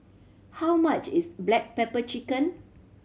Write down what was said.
how much is black pepper chicken